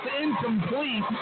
incomplete